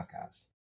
podcast